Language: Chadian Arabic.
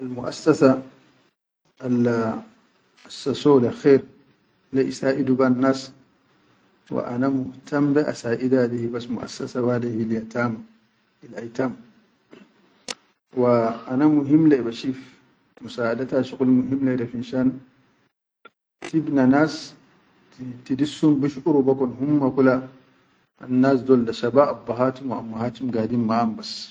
Almuʼassasa al asssola khair le isaʼidu begyinas wa ana mutan bela saʼida hibas muʼassas wade hil atama hil atam., wa ana muhim leyi bashif musaʼadata shugul muhim leyi finshan inde nas tidissum bishkuru bi kon humma annas dol ka shaba abbahatum wa ammahatum gadin maʼa hum ba.